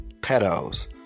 pedos